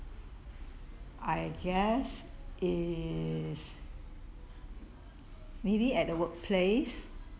I guess is maybe at the workplace